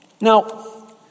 Now